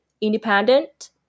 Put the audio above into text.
independent